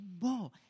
more